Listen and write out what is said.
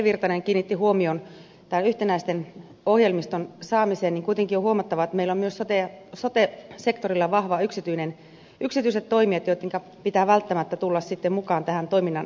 virtanen kiinnitti huomion yhtenäisen ohjelmiston saamiseen niin kuitenkin on huomattava että meillä on myös sote sektorilla vahvat yksityiset toimijat joittenka pitää välttämättä tulla sitten mukaan tähän toiminnan kehittämiseen